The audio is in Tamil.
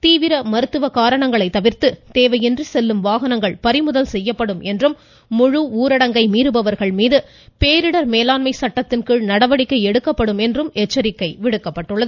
தீவிர மருத்துவ காரணங்களை தவிர்து தேவையின்றி செல்லும் வாகனங்கள் பறிமுதல் செய்யப்படும் என்றும் முழு ஊரடங்கை மீறுபவர்கள் மீது பேரிடர் மேலாண்மை சட்டத்தின்கீழ் நடவடிக்கை எடுக்கப்படும் என்றும் எச்சரிக்கை விடுக்கப்பட்டுள்ளது